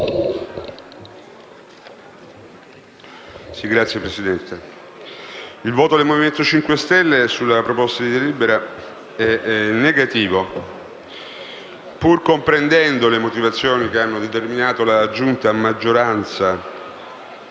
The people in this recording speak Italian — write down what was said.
Gruppo del Movimento 5 Stelle sulla proposta di delibera è contrario, pur comprendendo le motivazioni che hanno determinato la Giunta a maggioranza